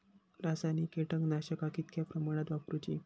रासायनिक कीटकनाशका कितक्या प्रमाणात वापरूची?